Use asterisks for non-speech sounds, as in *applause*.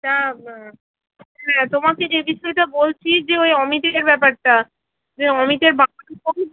তা হ্যাঁ তোমাকে যে বিষয়টা বলছি যে ওই অমিতের ব্যাপারটা যে অমিতের বা *unintelligible*